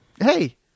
Hey